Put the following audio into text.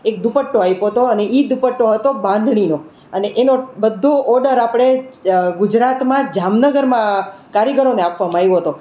એક દુપટ્ટો આપ્યો હતો અને એ દુપટ્ટો હતો બાંધણીનો અને એનો બધો ઓડર આપણે ગુજરાતમાં જ જામનગરમાં કારીગરોને આપવામાં આવ્યો હતો